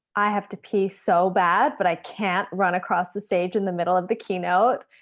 i have to pee so bad, but i can't run across the stage in the middle of the keynote.